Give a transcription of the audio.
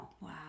wow